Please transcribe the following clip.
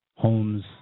homes